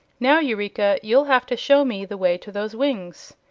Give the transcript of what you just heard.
now, eureka, you'll have to show me the way to those wings.